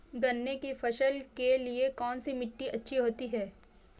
गन्ने की फसल के लिए कौनसी मिट्टी अच्छी होती है?